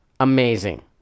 Amazing